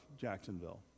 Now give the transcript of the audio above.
Jacksonville